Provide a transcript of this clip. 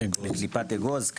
בקליפת אגוז.